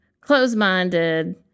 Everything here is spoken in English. closed-minded